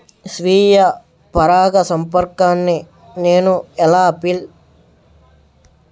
స్వీయ పరాగసంపర్కాన్ని నేను ఎలా ఆపిల్?